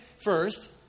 first